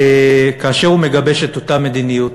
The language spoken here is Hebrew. כאשר הוא מגבש את אותה מדיניות.